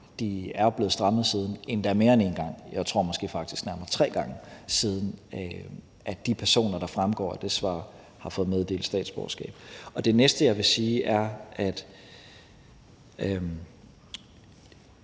De er blevet strammet, endda mere end én gang, faktisk måske nærmere tre gange, tror jeg, siden de personer, der fremgår af det svar, har fået meddelt statsborgerskab. Det næste, jeg vil sige, er, at